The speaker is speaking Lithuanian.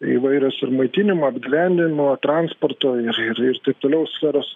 įvairios ir maitinimo apgyvendinimo transporto ir ir taip toliau sferos